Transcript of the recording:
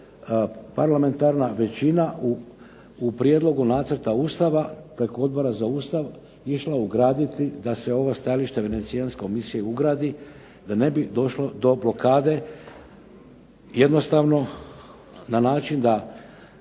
parlamentarna većina u prijedlogu nacrta Ustava preko Odbora za Ustav išla ugraditi da se ovo stajalište Venecijanske komisije ugradi da ne bi došlo do blokade jednostavno na način da